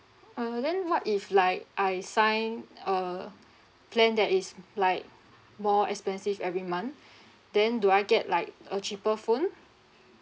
uh then what if like I sign uh plan that is like more expensive every month then do I get like a cheaper phone